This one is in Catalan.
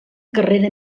carrera